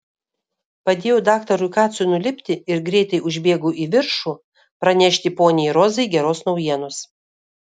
padėjau daktarui kacui nulipti ir greitai užbėgau į viršų pranešti poniai rozai geros naujienos